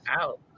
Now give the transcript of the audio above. out